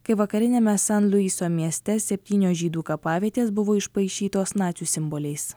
kai vakariniame san luiso mieste septynios žydų kapavietės buvo išpaišytos nacių simboliais